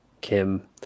Kim